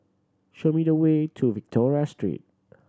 show me the way to Victoria Street